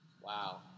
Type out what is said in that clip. Wow